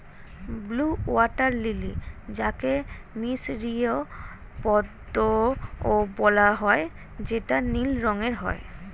blue water lily যাকে মিসরীয় পদ্মও বলা হয় যেটা নীল রঙের হয়